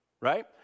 right